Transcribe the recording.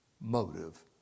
motive